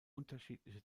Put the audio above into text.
unterschiedliche